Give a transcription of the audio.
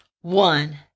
One